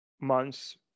months